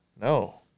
No